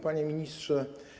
Panie Ministrze!